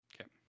Okay